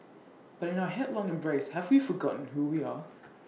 but in our headlong embrace have we forgotten who we are